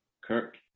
Kirk